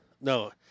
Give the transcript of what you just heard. no